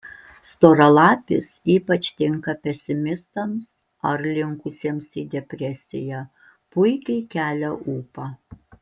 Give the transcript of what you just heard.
storalapis ypač tinka pesimistams ar linkusiems į depresiją puikiai kelia ūpą